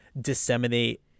disseminate